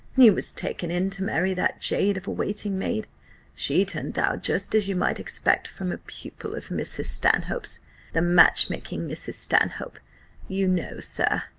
he was taken in to marry that jade of a waiting-maid she turned out just as you might expect from a pupil of mrs. stanhope's the match-making mrs. stanhope you know, sir.